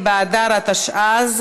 נכון, הדיון היה בעבודה, הרווחה והבריאות.